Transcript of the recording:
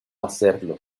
hacerlo